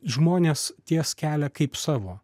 žmonės ties kelią kaip savo